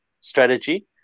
strategy